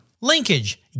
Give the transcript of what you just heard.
Linkage